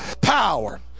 power